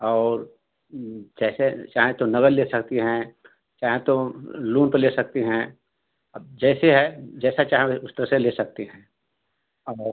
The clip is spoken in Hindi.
और जैसे चाहें तो नगद ले सकती हैं चाहें तो लोन पर ले सकती हैं अब जैसे है जैसा चाहें उस तरह से ले सकती हैं और